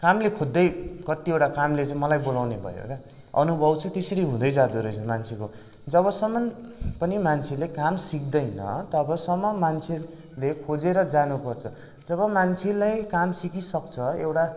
कामले खोज्दै कतिवटा कामले चाहिँ मलाई बोलाउने भयो क्या अनुभव चाहिँ त्यसरी हुँदै जाने रहेछ मान्छेको जबसम्म पनि मान्छेले काम सिक्दैन तबसम्म मान्छेले खोजेर जानु पर्छ जब मान्छेलाई काम सिकिसक्छ एउटा